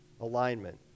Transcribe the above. alignment